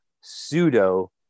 pseudo